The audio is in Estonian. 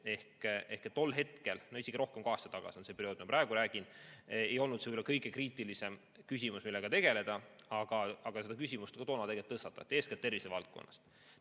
Ehk tol hetkel – isegi rohkem kui aasta tagasi on see periood, millest ma praegu räägin – ei olnud see võib-olla kõige kriitilisem küsimus, millega tegeleda. Aga see küsimus ka toona tegelikult tõstatati, eeskätt tervisevaldkonnast.